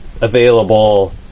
available